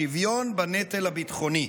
שוויון בנטל הביטחוני.